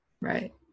Right